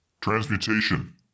transmutation